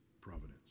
providence